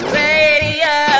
radio